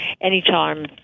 anytime